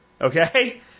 okay